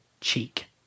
cheek